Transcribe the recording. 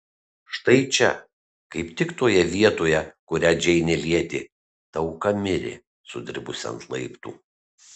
štai čia kaip tik toje vietoje kurią džeinė lietė ta auka mirė sudribusi ant laiptų